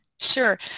Sure